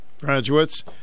graduates